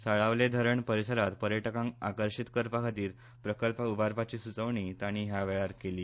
साळावले धरण वाठारांत पर्यटकांक आकर्शीत करपा खातीर प्रकल्प उबारपाची सुचोवणी तांणी ह्या वेळार केली